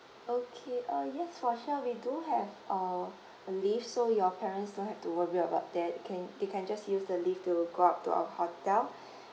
okay uh yes for sure we do have a a lift so your parents don't have to worry about that can they can just use the lift to go up to our hotel